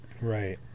right